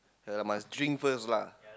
uh must drink first lah